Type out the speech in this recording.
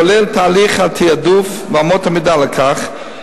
כולל תהליך התעדוף ואמות המידה לכך,